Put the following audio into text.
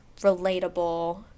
relatable